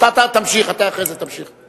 אתה אחרי זה תמשיך.